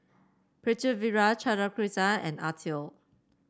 Pritiviraj Chandrasekaran and Atal